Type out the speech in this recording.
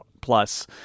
plus